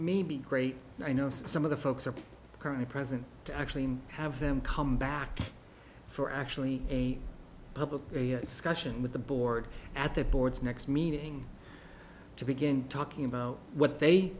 may be great i know some of the folks are currently present to actually have them come back for actually a public discussion with the board at the board's next meeting to begin talking about what they